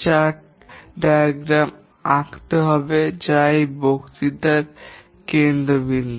চিত্র আঁকতে হবে যা এই বক্তৃতার কেন্দ্রবিন্দু